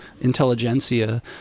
intelligentsia